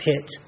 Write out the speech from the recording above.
pit